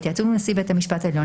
בהתייעצות עם נשיא בית המשפט העליון,